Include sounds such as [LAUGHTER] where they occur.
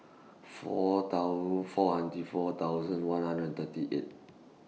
four [UNINTELLIGIBLE] four hundred four thousand one hundred and thirty eight